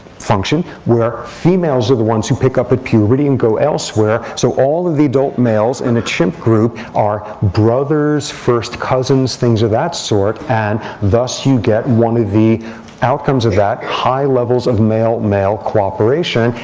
function where females are the ones who pick up at puberty and go elsewhere. so all of the adult males in a chimp group are brothers, first cousins, things of that sort. and, thus, you get one of the outcomes of that, high levels of male male cooperation.